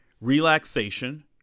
relaxation